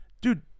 dude